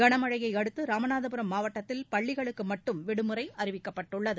களமழையை அடுத்து ராமநாதபுரம் மாவட்டத்தில் பள்ளிகளுக்கு மட்டும் விடுமுறை அறிவிக்கப்பட்டுள்ளது